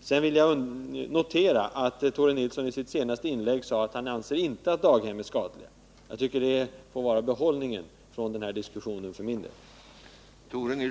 Sedan vill jag notera att Tore Nilsson i sitt senaste inlägg sade, att han inte anser att daghem är skadliga. Det får vara behållningen av den här diskussionen för min del.